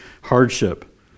hardship